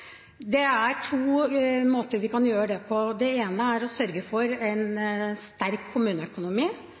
Det er to måter vi kan gjøre det på. Den ene er å sørge for en sterk kommuneøkonomi.